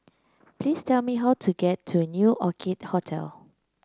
please tell me how to get to New Orchid Hotel